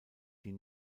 die